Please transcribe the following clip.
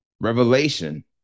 Revelation